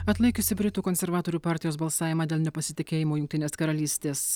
atlaikiusi britų konservatorių partijos balsavimą dėl nepasitikėjimo jungtinės karalystės